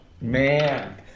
Man